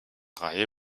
reihe